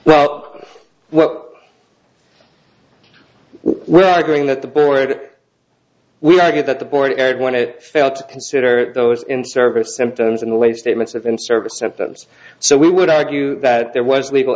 well what we're arguing that the board we argued that the board erred when it failed to consider those in service symptoms in the late statements of in service evidence so we would argue that there was legal